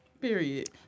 Period